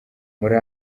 muri